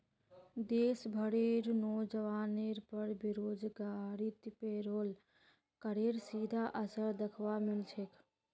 देश भरेर नोजवानेर पर बेरोजगारीत पेरोल करेर सीधा असर दख्वा मिल छेक